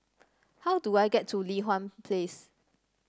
how do I get to Li Hwan Place